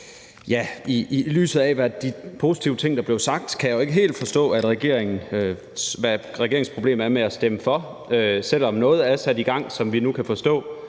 I lyset af de positive ting, der er blevet sagt, kan jeg jo ikke helt forstå, hvad regeringens problem er med at stemme for forslaget. Selv om noget er sat i gang, som vi nu kan forstå,